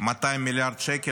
200 מיליארד שקל,